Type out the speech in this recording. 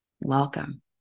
Welcome